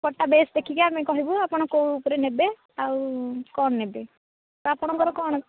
ପଟା ବେସ୍ ଦେଖିକି ଆମେ କହିବୁ ଆପଣ କେଉଁଠୁ ଉପରେ ନେବେ ଆଉ କଣ ନେବେ ତ ଆପଣଙ୍କର କଣ